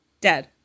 dead